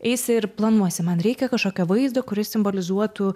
eisi ir planuosi man reikia kažkokio vaizdo kuris simbolizuotų